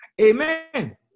Amen